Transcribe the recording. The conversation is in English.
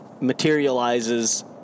materializes